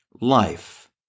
Life